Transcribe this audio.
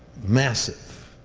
massive,